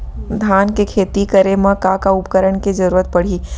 धान के खेती करे मा का का उपकरण के जरूरत पड़हि?